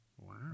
wow